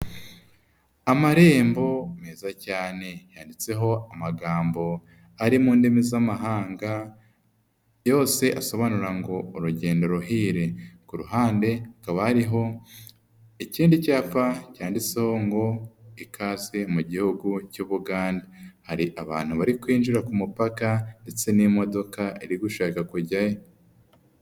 Amarembo meza cyane yanditseho amagambo ari mu ndimi z'amahanga. Yose asobanura ngo urugendo ruhire. Ku ruhande hakaba hariho ikindi cyapa cyanditseho ngo ikaze mu gihugu cy'Ubugande. Hari abantu bari kwinjira ku mupaka ndetse n'imodoka iri gushaka kujyayo.